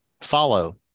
Follow